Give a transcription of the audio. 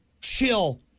chill